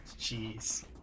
Jeez